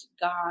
God